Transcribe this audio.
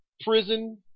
prison